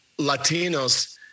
Latinos